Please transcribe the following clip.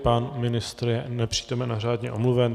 Pan ministr je nepřítomen a řádně omluven.